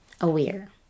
aware